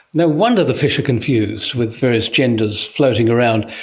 no wonder the fish are confused, with various genders floating around.